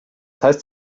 heißt